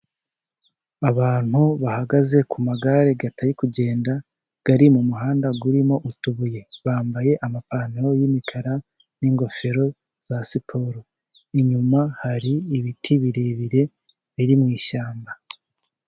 Abantu bahagaze ku magare atari kugenda ari mu muhanda urimo utubuye. Bambaye amapantaro y'imikara n'ingofero za siporo. Inyuma hari ibiti birebire biri mu ishyamba.